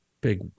big